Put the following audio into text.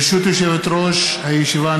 ברשות יושבת-ראש הישיבה,